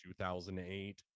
2008